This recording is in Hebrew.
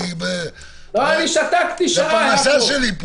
זאת הפרנסה שלי.